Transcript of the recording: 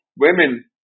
women